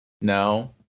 No